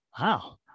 Wow